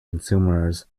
consumers